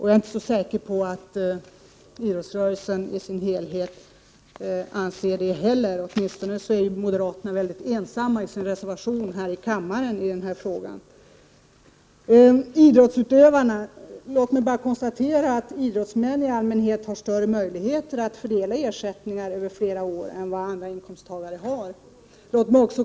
Jag är inte heller säker på att idrottsrörelsen i dess helhet anser att det är klokt. I varje fall är moderaterna helt ensamma om sin reservation i denna fråga. Låt mig vidare bara konstatera att idrottsmän i allmänhet har större möjlighet att fördela ersättningar över flera år än vad andra inkomsttagare har.